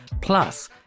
Plus